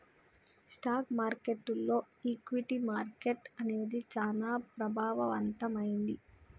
stock మార్కెట్టులో equity market అనేది చానా ప్రభావవంతమైంది